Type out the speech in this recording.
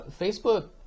Facebook